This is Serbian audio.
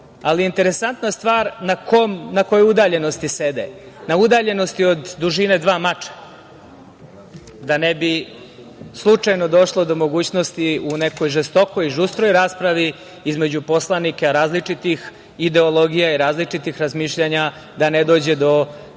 Interesantna je stvar na kojoj udaljenosti sede, na udaljenosti od dužine dva mača da ne bi slučajno došlo do mogućnosti u nekoj žestokoj, žustroj raspravi između poslanika različitih ideologija i različitih razmišljanja da ne dođe do